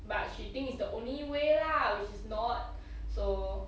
but she think it's the only way lah which is not so